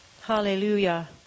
Hallelujah